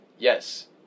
Yes